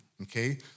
Okay